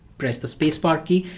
press the space bar key,